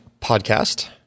podcast